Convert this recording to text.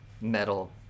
metal